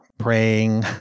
praying